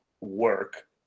work